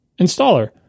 installer